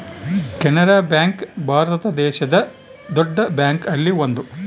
Canara bank Bharat ದೇಶದ್ ದೊಡ್ಡ bank ಅಲ್ಲಿ ಒಂದು